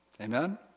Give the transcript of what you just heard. Amen